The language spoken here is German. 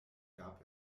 gab